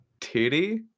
Titty